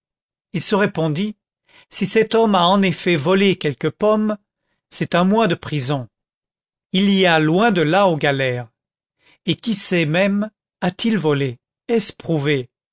il se répondit si cet homme a en effet volé quelques pommes c'est un mois de prison il y a loin de là aux galères et qui sait même a-t-il volé est-ce prouvé